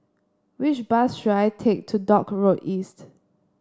which bus should I take to Dock Road East